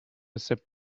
sip